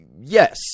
yes